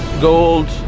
gold